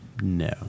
No